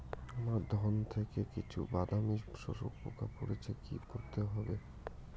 আমার ধন খেতে কিছু বাদামী শোষক পোকা পড়েছে কি করতে হবে?